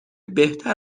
بهتر